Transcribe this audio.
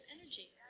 energy